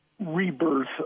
rebirth